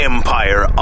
Empire